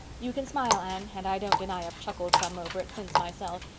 you can smile, anne, and i don't deny i've chuckled some over it since myself,